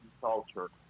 culture